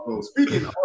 Speaking